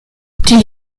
die